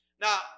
Now